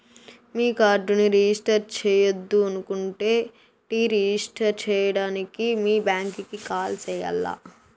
మీ కార్డుని రిజిస్టర్ చెయ్యొద్దనుకుంటే deregister సేయడానికి మీ బ్యాంకీకి కాల్ సెయ్యాల్ల